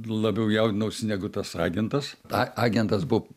labiau jaudinausi negu tas agentas ta agentas buvo